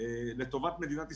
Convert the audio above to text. לטובת מדינת ישראל,